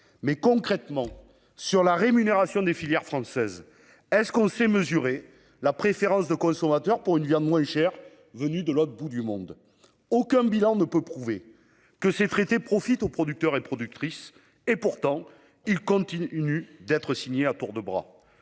Mais, concrètement, en termes de rémunération des filières françaises, sait-on mesurer la préférence du consommateur pour une viande moins chère venue de l'autre bout du monde ? Aucun bilan ne peut prouver que ces traités profitent aux producteurs et aux productrices ; pourtant, ils continuent d'être signés à tour de bras.